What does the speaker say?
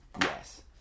yes